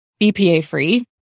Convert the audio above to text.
BPA-free